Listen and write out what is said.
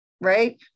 right